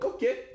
Okay